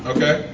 Okay